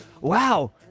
wow